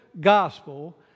gospel